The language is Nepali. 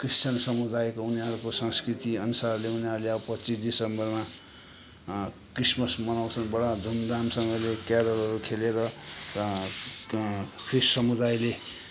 क्रिश्चियन समुदायको उनीहरूको संस्कृति अनुसारले उनीहरूले अब पच्चिस डिसेम्बरमा क्रिसमस मनाउँछन् बडा धुमधामसँगले क्यारोल खेलेर र ख्रिस्ट समुदायले